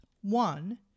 one